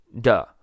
Duh